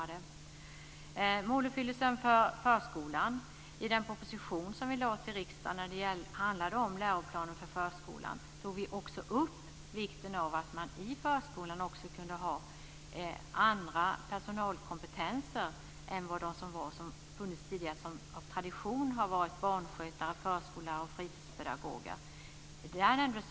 När det gäller måluppfyllelsen för förskolan kan jag säga att i den proposition som vi lade fram för riksdagen när det handlade om läroplanen för förskolan tog vi även upp vikten av att man i förskolan också kunde ha andra personalkompetenser än de som funnits tidigare och som av tradition gällt barnskötare, förskollärare och fritidspedagoger.